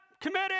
committed